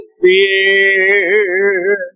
fear